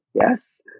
yes